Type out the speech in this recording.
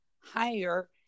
higher